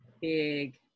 big